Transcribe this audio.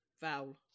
Vowel